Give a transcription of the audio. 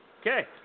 okay